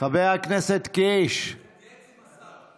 מתייעץ עם השר.